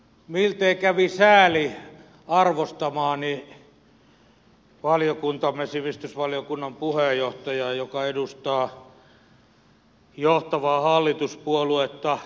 miltei kävi sääli arvostamaani valiokuntamme sivistysvaliokunnan puheenjohtajaa joka edustaa johtavaa hallituspuoluetta